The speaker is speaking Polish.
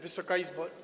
Wysoka Izbo!